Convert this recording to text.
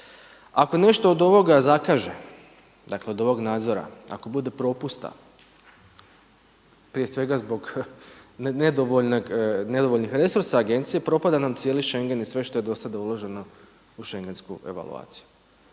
Ako nešto od ovoga zakaže, dakle od ovog nadzora, ako bude propusta, prije svega zbog nedovoljnih resursa agencije propada nam cijeli Schengen i sve što je do sada uloženo u šengensku evaluaciju.